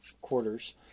quarters